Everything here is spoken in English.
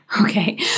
Okay